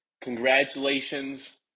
congratulations